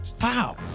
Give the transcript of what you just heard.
Wow